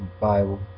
Bible